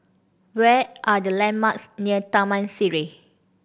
where are the landmarks near Taman Sireh